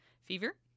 fever